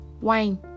wine